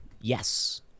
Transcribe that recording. Yes